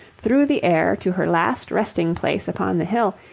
through the air to her last resting-place upon the hill,